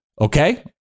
Okay